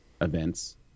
events